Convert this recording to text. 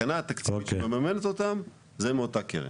התקנה התקציבית שמממנת אותם זה מאותה קרן.